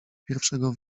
pierwszego